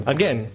Again